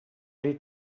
les